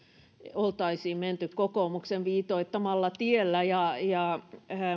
oltaisiin menty kokoomuksen viitoittamalla tiellä ja ja